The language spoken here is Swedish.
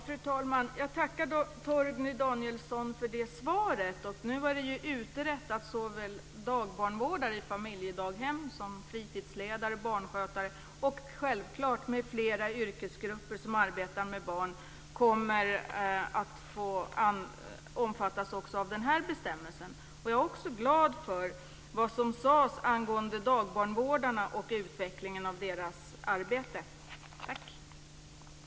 Fru talman! Jag tackar Torgny Danielsson för svaret. Nu är det ju utrett att såväl dagbarnvårdare i familjedaghem som fritidsledare och barnskötare m.fl. yrkesgrupper som arbetar med barn kommer att omfattas av den här bestämmelsen. Jag är också glad för vad som sades angående dagbarnvårdarna och utvecklingen av deras arbete. Tack!